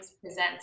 Presents